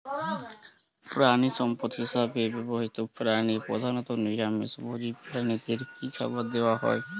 প্রাণিসম্পদ হিসেবে ব্যবহৃত প্রাণী প্রধানত নিরামিষ ভোজী প্রাণীদের কী খাবার দেয়া হয়?